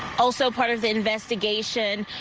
also part of the investigation,